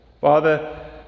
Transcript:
Father